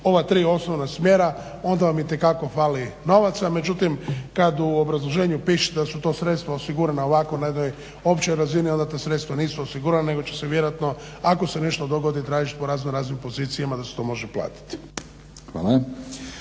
ova tri osnovna smjera onda vam itekako fali novaca. Međutim, kad u obrazloženju piše da su to sredstva osigurana ovako na jednoj općoj razini onda ta sredstva nisu osigurana nego će se vjerojatno ako se nešto dogodi tražiti po razno raznim pozicijama da se to može platiti.